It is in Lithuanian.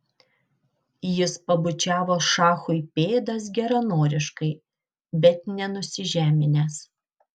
jis pabučiavo šachui pėdas geranoriškai bet ne nusižeminęs